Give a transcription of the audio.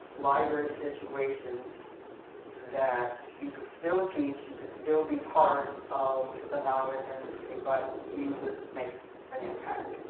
library situations that, you can still teach, you can still be part of the knowledge industry, but you would make an impact